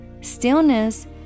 stillness